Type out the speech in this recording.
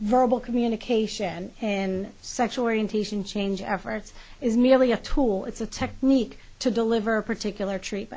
verbal communication and sexual orientation change efforts is merely a tool it's a technique to deliver a particular treat